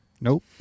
Nope